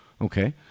Okay